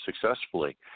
successfully